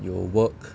有 work